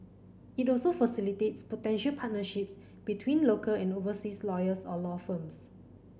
it also facilitates potential partnerships between local and overseas lawyers or law firms